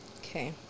Okay